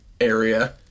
area